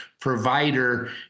provider